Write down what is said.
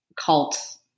cults